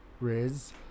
Riz